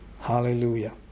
Hallelujah